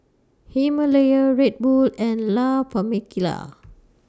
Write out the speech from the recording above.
Himalaya Red Bull and La Famiglia